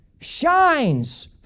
shines